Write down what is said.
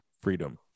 freedom